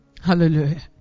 Hallelujah